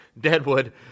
Deadwood